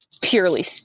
purely